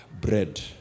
bread